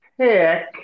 pick